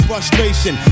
Frustration